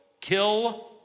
kill